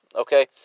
Okay